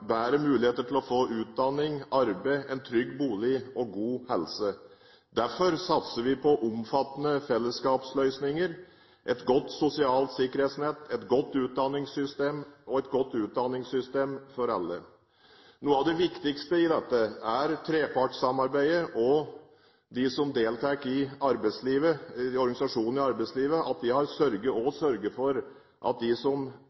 bedre muligheter til å få utdanning, arbeid, en trygg bolig og god helse. Derfor satser vi på omfattende fellesskapsløsninger, et godt sosialt sikkerhetsnett, et godt utdanningssystem og et godt utdanningssystem for alle. Noe av det viktigste i dette er at trepartsamarbeidet og de som deltar i organisasjonene i arbeidslivet, har sørget for at de som